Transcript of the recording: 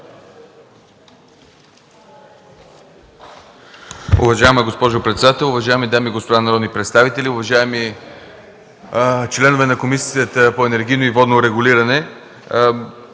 Уважаема госпожо председател, уважаеми дами и господа народни представители, уважаеми членове на Държавната комисия за енергийно и водно регулиране!